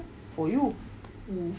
for you